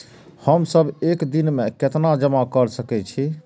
हम सब एक दिन में केतना जमा कर सके छी?